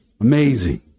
Amazing